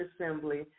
assembly